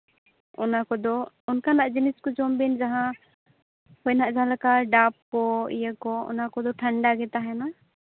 ᱚᱱᱟ ᱠᱚᱫᱚ ᱚᱱᱠᱟᱱᱟᱜ ᱡᱤᱱᱤᱥ ᱠᱚ ᱡᱚᱢ ᱵᱤᱱ ᱡᱟᱦᱟᱸ ᱦᱩᱭ ᱮᱱᱟ ᱡᱟᱦᱟᱸᱞᱮᱠᱟ ᱰᱟᱵ ᱠᱚ ᱤᱭᱟᱹ ᱠᱚ ᱚᱱᱟ ᱠᱚᱫᱚ ᱴᱷᱟᱱᱰᱟ ᱜᱮ ᱛᱟᱦᱮᱱᱟ